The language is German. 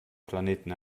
planeten